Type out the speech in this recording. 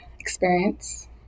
experience